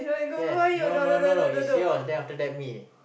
yes no no no no it's yours then after that me